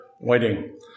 waiting